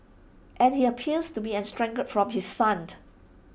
and he appears to be estranged from his son